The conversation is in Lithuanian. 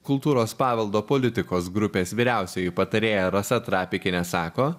kultūros paveldo politikos grupės vyriausioji patarėja rasa trapikienė sako